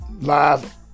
live